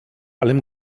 allem